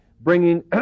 bringing